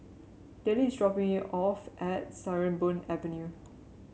Dellie is dropping me off at Sarimbun Avenue